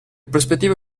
prospettive